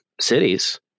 cities